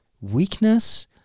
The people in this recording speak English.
weakness